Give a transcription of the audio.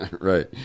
right